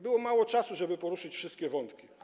Było mało czasu, żeby poruszyć wszystkie wątki.